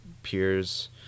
peers